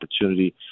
opportunity